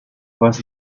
was